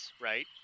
right